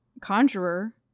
Conjurer